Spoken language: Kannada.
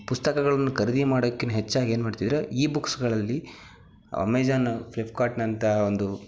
ಪುಸ್ತಕಗಳನ್ನು ಖರೀದಿ ಮಾಡೋಕ್ಕಿಂತ ಹೆಚ್ಚಾಗಿ ಏನು ಮಾಡ್ತಿದ್ರು ಈ ಬುಕ್ಸುಗಳಲ್ಲಿ ಅಮೇಜಾನ್ ಫ್ಲಿಫ್ಕಾರ್ಟಿನಂಥ ಒಂದು